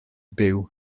byw